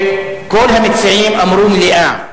כל המציעים אמרו: מליאה,